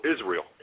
Israel